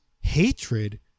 hatred